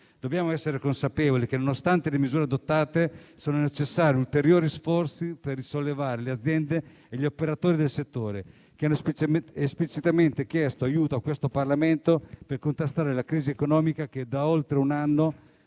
Dobbiamo essere consapevoli del fatto che, nonostante le misure adottate, sono necessari ulteriori sforzi per risollevare le aziende e gli operatori del settore, che hanno esplicitamente chiesto aiuto al Parlamento, per contrastare la crisi economica che da oltre un anno li